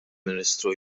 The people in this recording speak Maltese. ministru